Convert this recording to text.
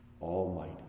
almighty